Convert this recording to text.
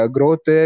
Growth